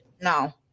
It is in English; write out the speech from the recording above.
No